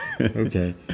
Okay